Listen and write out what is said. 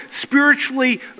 spiritually